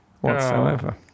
whatsoever